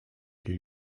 new